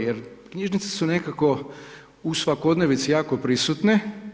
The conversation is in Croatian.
Jer knjižnice su nekako u svakodnevnici jako prisutne.